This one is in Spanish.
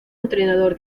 entrenador